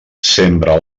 sembra